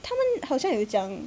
他们好像有讲